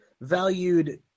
valued